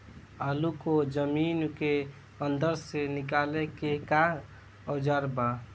आलू को जमीन के अंदर से निकाले के का औजार बा?